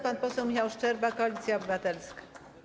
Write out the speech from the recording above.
Pan poseł Michał Szczerba, Koalicja Obywatelska.